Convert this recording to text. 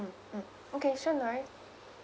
okay soon right